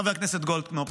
חבר הכנסת גולדקנופ.